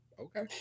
okay